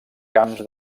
camps